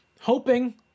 hoping